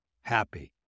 happy